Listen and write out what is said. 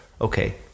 okay